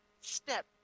step